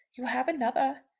you have another.